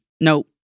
no